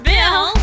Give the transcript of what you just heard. Bill